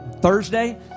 Thursday